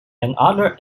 another